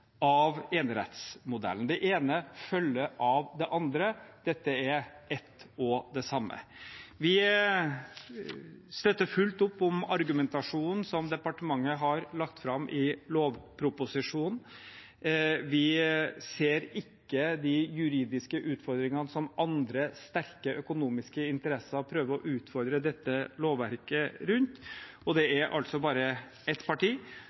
av enerettsmodellen. Det ene følger av det andre. Dette er ett og det samme. Vi støtter fullt opp om argumentasjonen som departementet har lagt fram i lovproposisjonen. Vi ser ikke de juridiske utfordringene som andre, sterke økonomiske interesser, prøver å se i dette lovverket. Og det er altså bare ett parti